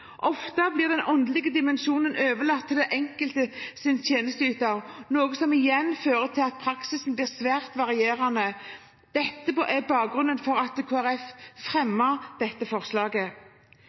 Ofte blir den åndelige dimensjonen overlatt til den enkelte tjenesteyter, noe som igjen fører til at praksisen blir svært varierende. Dette er bakgrunnen for at Kristelig Folkeparti fremmet dette forslaget.